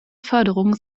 förderung